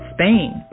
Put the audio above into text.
Spain